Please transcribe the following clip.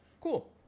cool